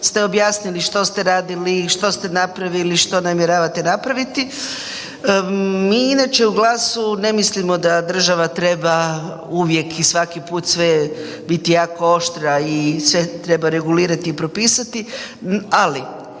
ste objasnili što ste radili, što ste napravili, što namjeravate napraviti. Mi inače u GLAS-u ne mislimo da država treba uvijek i svaki put sve biti jako oštra i sve treba regulirati i propisati, ali